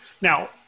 now